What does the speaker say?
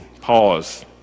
pause